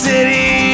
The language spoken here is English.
City